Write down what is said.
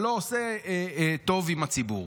שלא עושה טוב עם הציבור.